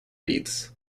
beads